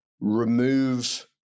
remove